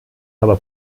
aber